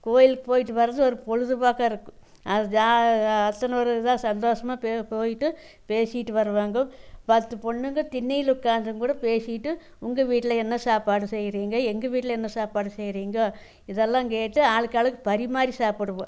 கோயிலுக்கு போயிட்டு வரது ஒரு பொழுதுபோக்காக இருக்கும் அது ஜா அத்தனை ஒரு இதாக சந்தோஷமாக பே போயிட்டு பேசிட்டு வருவாங்கோ பத்து பொண்ணுங்க திண்ணையில் உட்காந்துங்கூடோ பேசிட்டு உங்கள் வீட்டில் என்ன சாப்பாடு செய்றீங்க எங்கள் வீட்டில் என்ன சாப்பாடு செய்றீங்க இதெல்லாம் கேட்டு ஆளுக்கு ஆளுக்கு பரிமாறி சாப்பிடுவோம்